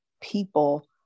people